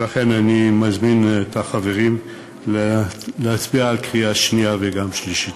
ולכן אני מזמין את החברים להצביע בקריאה שנייה וגם בשלישית.